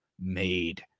made